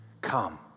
come